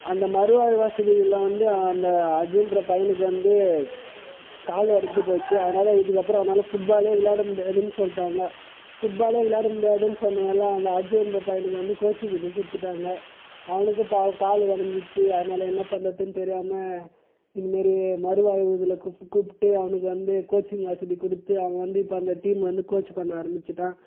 அந்த மறுவாழ்வு வசதியில் வந்து அந்த அஜய்ன்ற பையனுக்கு வந்து கால் உடஞ்சி போச்சு அதனால் இதுக்கு அப்புறம் அவனால் ஃபுட்பாலே விளாட முடியாதுன்னு சொல்லிடாங்க ஃபுட்பாலே விளாட முடியாதுன்னு சொன்னனால அந்த அஜய்ன்ற பையனுக்கு வந்து கோச்சிங் இது கொடுத்துட்டாங்க அவனுக்கு பாவம் கால் உடஞ்சிட்ச்சி அதனால என்ன பண்ணுறதுனு தெரியாமல் இன்னமாரி மறுவாழ்வு இதில் கூ கூப்பிட்டு அவனுக்கு வந்து கோச்சிங் வசதி கொடுத்து அவன் வந்து இப்போ அந்த டீம் வந்து கோச் பண்ண ஆரம்பிச்சிவிட்டான்